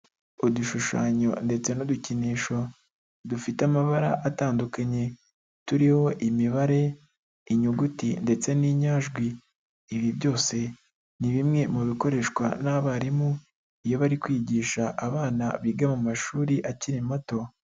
Udushushanyo ndetse n'udukinisho dufite amabara atandukanye turiho imibare, inyuguti ndetse n'inyajwi. Ibi byose ni bimwe mu bikoreshwa n'abarimu iyo bari kwigisha abana biga mu mashuri akiri mato.